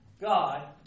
God